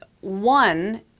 One